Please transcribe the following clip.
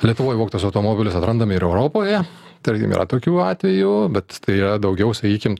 lietuvoj vogtas automobilis atrandam ir europoje tarkim yra tokių atvejų bet tai yra daugiau sakykim